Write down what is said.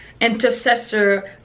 Intercessor